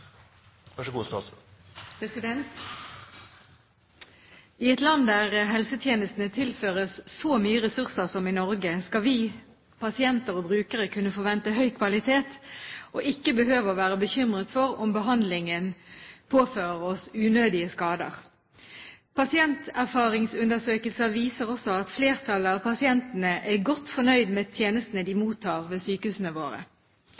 I et land der helsetjenestene tilføres så mye ressurser som i Norge, skal vi pasienter og brukere kunne forvente høy kvalitet og ikke behøve å være bekymret for om behandlingen påfører oss unødige skader. Pasienterfaringsundersøkelser viser også at flertallet av pasientene er godt fornøyd med tjenestene de mottar ved sykehusene våre.